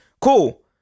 Cool